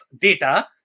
data